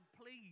please